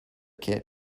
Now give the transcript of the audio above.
kit